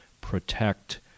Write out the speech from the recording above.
protect